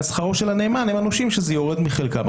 שכרו של הנאמן הם הנושים שזה יורם מחלקם.